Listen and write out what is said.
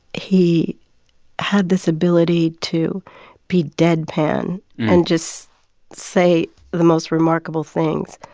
he had this ability to be deadpan and just say the most remarkable things